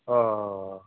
ಓಹ್ ಓಹ್ ಓಹ್ ಓಹ್ ಓಹ್